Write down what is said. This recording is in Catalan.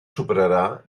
superarà